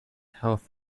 health